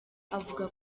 avuga